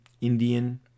Indian